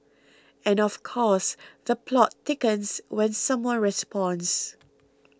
and of course the plot thickens when someone responds